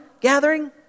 gathering